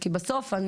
כי בסוף,